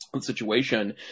situation